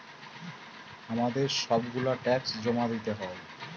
আমাদের সব গুলা ট্যাক্স জমা দিতে হয়